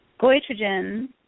goitrogen